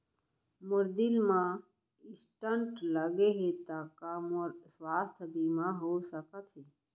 मोर दिल मा स्टन्ट लगे हे ता का मोर स्वास्थ बीमा हो सकत हे?